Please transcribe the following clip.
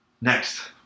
Next